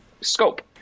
scope